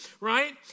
right